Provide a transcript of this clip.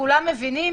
כולם מבינים